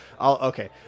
Okay